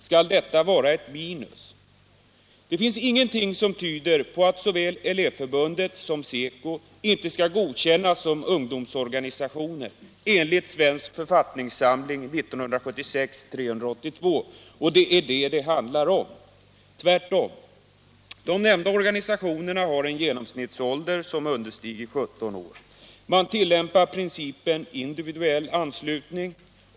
Skall detta vara ett minus? Ingenting tyder på att inte såväl Elevförbundet som SECO kan godkännas som ungdomsorganisationer enligt Svensk författningssamling 1976:382, och det är detta det handlar om. De nämnda organisationernas medlemmar har en genomsnittsålder som understiger 17 år. Man tilllämpar principen individuell anslutning.